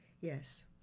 Yes